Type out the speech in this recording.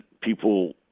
people